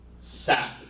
sap